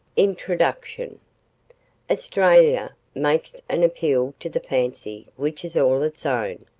introduction australia makes an appeal to the fancy which is all its own.